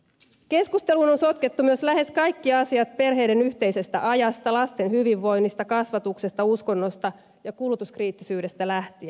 keskusteluun on sotkettu myös lähes kaikki asiat perheiden yhteisestä ajasta lasten hyvinvoinnista kasvatuksesta uskonnosta ja kulutuskriittisyydestä lähtien